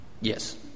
Yes